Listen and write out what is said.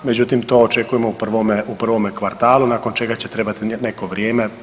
Međutim to očekujemo u prvome kvartalu nakon čega će trebati neko vrijeme.